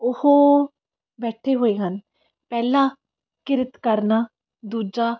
ਉਹ ਬੈਠੇ ਹੋਏ ਹਨ ਪਹਿਲਾਂ ਕਿਰਤ ਕਰਨਾ ਦੂਜਾ